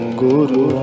guru